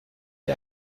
ihr